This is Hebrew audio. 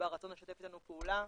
ברצון לשתף איתנו פעולה.